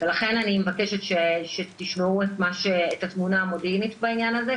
ולכן אני מבקשת שתשמעו את התמונה המודיעינית בעניין הזה,